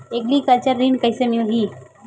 Agriculture ऋण कइसे मिलही?